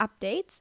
updates